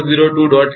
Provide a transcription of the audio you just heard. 8 Ampere છે